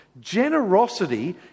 generosity